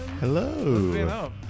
Hello